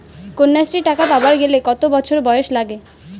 কন্যাশ্রী টাকা পাবার গেলে কতো বছর বয়স লাগে?